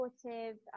supportive